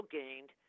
gained